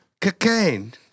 Cocaine